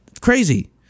Crazy